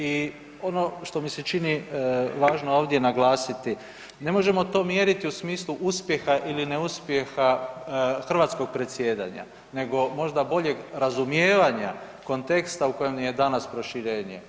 I ono što mi se čini važno ovdje naglasiti ne možemo to mjeriti u smislu uspjeha ili neuspjeha hrvatskog predsjedanja, nego možda boljeg razumijevanja konteksta u kojem je danas proširenje.